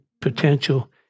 potential